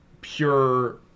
pure